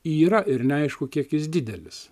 yra ir neaišku kiek jis didelis